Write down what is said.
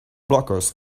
blockers